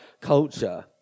culture